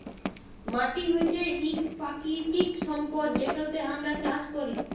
মাটি হছে ইক পাকিতিক সম্পদ যেটতে আমরা চাষ ক্যরি